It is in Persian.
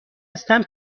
هستم